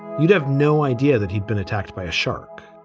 you'd have no idea that he'd been attacked by a shark.